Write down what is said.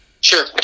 Sure